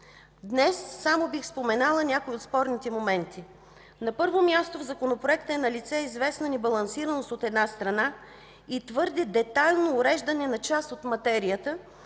Днес само бих споменала някои от спорните моменти. На първо място, в Законопроекта е налице известна небалансираност, от една страна, и твърде детайлно уреждане на част от материята,